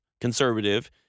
conservative